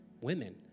women